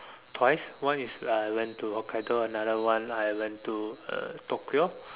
twice one is uh I went Hokkaido another one I went to uh Tokyo